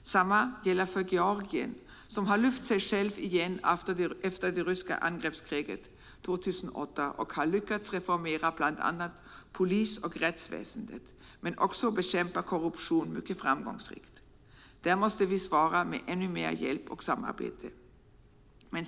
Detsamma gäller Georgien, som har lyft sig självt igen efter det ryska angreppskriget 2008 och har lyckats reformera bland annat polis och rättsväsendet. Man har också mycket framgångsrikt bekämpat korruption. Där måste vi svara med ännu mer hjälp och samarbete.